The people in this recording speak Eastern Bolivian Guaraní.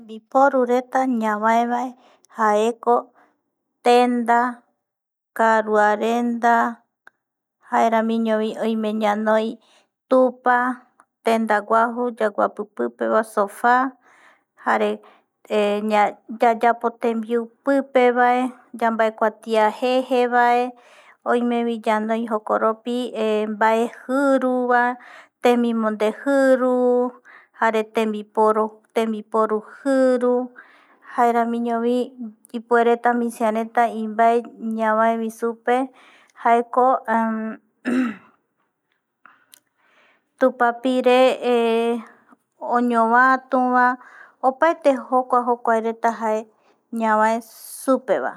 Tembiporureta ñavaeva jaeko tenda, karuarenda, jaeramiñovi oime ñanoi tupa, tendaguaju yaguapi pipeva, sofá, jare yayapo tembiu pipeva, yambaekuatiata jejevae oimevi yanoi jokoropi mbae jiruvae, temimonde jiru jare tembipor, tembiporu jiru, jaeramiñivi ipuereta misiareta imbae ñavae supe jaeko tupapire oñovatuva opaete jokua jokuareta jae ñavae supe va.